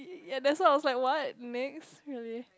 ya that's why I was like what next really